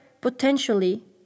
potentially